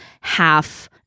half